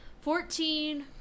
Fourteen